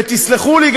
ותסלחו לי,